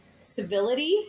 civility